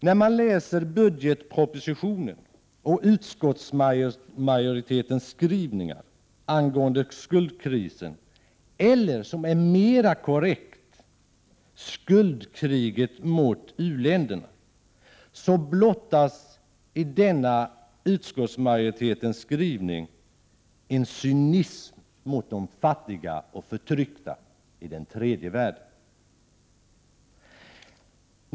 När man läser budgetpropositionen och utskottsmajoritetens skrivningar om skuldkrisen eller, vilket är mera korrekt, skuldkriget mot u-länderna, blottas enligt min uppfattning en cynism mot de fattiga och förtryckta i tredje världen.